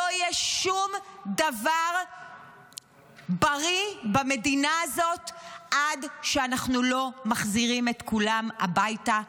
לא יהיה שום דבר בריא במדינה הזאת עד שאנחנו לא מחזירים את כולם הביתה,